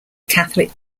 catholic